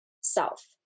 self